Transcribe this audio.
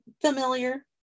familiar